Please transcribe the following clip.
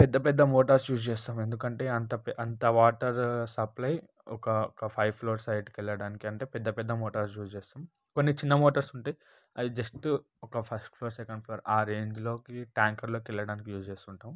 పెద్ద పెద్ద motors use చేస్తాము ఎందుకంటే అంత అంత వాటర్ సప్లై ఒక ఫైవ్ ఫైవ్ ఫ్లోర్స్ హైట్కి వెళ్ళడానికి అంటే పెద్ద పెద్ద మోటార్స్ యూస్ చేస్తాం కొన్ని చిన్న మోటర్స్ ఉంటయి అవి జస్ట్ ఒక ఫస్ట్ ఫ్లోర్ సెకండ్ ఫ్లోర్ ఆ రేంజ్లొకి ట్యాంకర్లోకి వెళ్ళడానికి యూజ్ చేస్తూ ఉంటాం